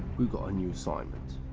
we've got a new assignment.